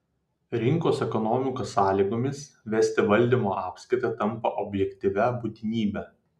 rinkos ekonomikos sąlygomis vesti valdymo apskaitą tampa objektyvia būtinybe